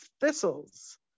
thistles